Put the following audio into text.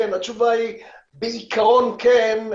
התשובה היא בעיקרון כן,